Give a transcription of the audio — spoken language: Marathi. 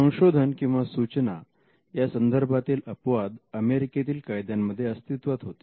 संशोधन किंवा सूचना यासंदर्भातील अपवाद अमेरिकेतील कायद्यामध्ये अस्तित्वात होते